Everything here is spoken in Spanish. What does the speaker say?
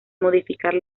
modificar